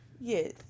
yes